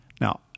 Now